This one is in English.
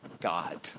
God